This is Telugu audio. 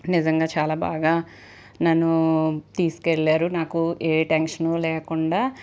నిజంగా చాలా బాగా నన్ను తీసుకెళ్ళారు నాకు ఏ టెన్షను లేకుండా